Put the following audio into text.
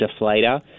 deflator